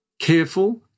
careful